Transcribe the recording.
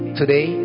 today